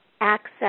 access